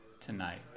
tonight